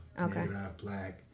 Okay